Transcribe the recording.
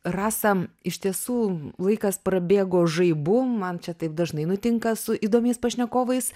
rasa iš tiesų laikas prabėgo žaibu man čia taip dažnai nutinka su įdomiais pašnekovais